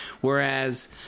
Whereas